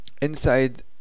inside